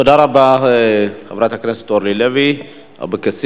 תודה רבה לחברת הכנסת אורלי לוי אבקסיס.